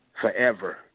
forever